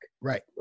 Right